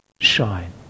shine